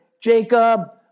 Jacob